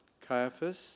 Caiaphas